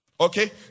okay